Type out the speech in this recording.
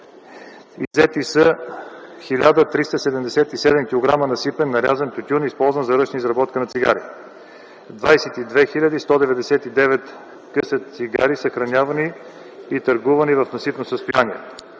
иззети са 1 377 кг насипен, нарязан тютюн, използван за ръчна изработка на цигари; - 22 199 къса цигари, съхранявани и търгувани в насипно състояние;